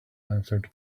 answered